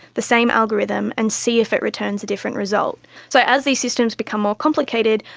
the same algorithm and see if it returns a different result. so as these systems become more complicated,